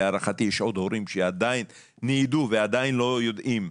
להערכתי יש עוד הורים שעדיין ניידו ועדיין לא יודעים --- נכון.